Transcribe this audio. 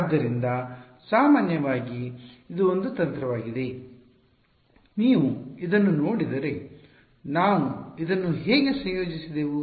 ಆದ್ದರಿಂದ ಸಾಮಾನ್ಯವಾಗಿ ಇದು ಒಂದು ತಂತ್ರವಾಗಿದೆ ನೀವು ಇದನ್ನು ನೋಡಿದರೆ ನಾವು ಇದನ್ನು ಹೇಗೆ ಸಂಯೋಜಿಸಿದೆವು